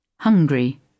Hungry